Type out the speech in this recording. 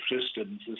systems